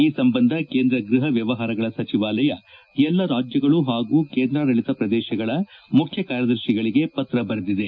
ಈ ಸಂಬಂಧ ಕೇಂದ್ರ ಗ್ಬಹ ವ್ಯವಹಾರಗಳ ಸಚಿವಾಲಯ ಎಲ್ಲ ರಾಜ್ಯಗಳು ಹಾಗೂ ಕೇಂದ್ರಾಡಳಿತ ಪ್ರದೇಶಗಳ ಮುಖ್ಯ ಕಾರ್ಯದರ್ಶಿಗಳಿಗೆ ಪತ್ರ ಬರೆದಿದೆ